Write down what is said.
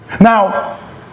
Now